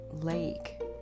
lake